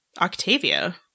Octavia